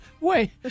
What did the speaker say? Wait